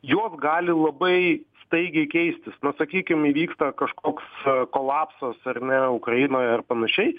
jos gali labai staigiai keistis na sakykim įvyksta kažkoks kolapsas ar ne ukrainoj ar panašiai